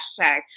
hashtag